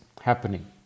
happening